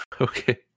Okay